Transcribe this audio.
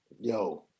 yo